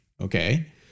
okay